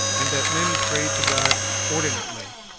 and that men pray to god ordinately,